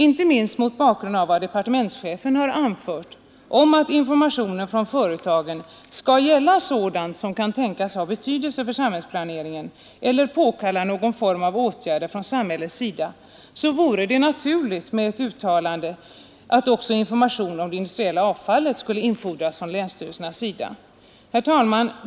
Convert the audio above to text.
Inte minst mot bakgrund av vad departementschefen har anfört om att informationen från företagen skall gälla sådant som kan tänkas ha betydelse för samhällsplaneringen eller påkalla någon form av åtgärder från samhällets sida vore det naturligt med ett uttalande att också information om det industriella avfallet skulle infordras till länsstyrelserna. Herr talman!